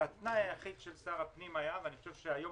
שהתנאי היחיד של שר הפנים היה ואני חושב שהיום